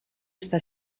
està